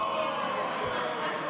אוה, אוה.